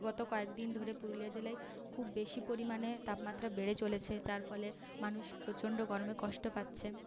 গত কয়েকদিন ধরে পুরুলিয়া জেলায় খুব বেশি পরিমাণে তাপমাত্রা বেড়ে চলেছে যার ফলে মানুষ প্রচণ্ড গরমে কষ্ট পাচ্ছে